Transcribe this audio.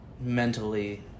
mentally